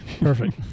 perfect